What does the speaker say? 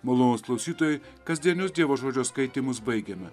malonūs klausytojai kasdienius dievo žodžio skaitymus baigėme